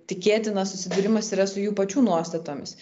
tikėtina susidūrimas yra su jų pačių nuostatomis